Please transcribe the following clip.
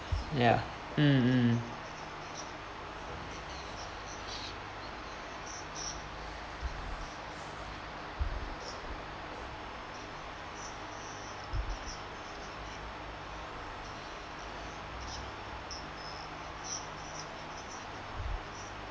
ya mm mm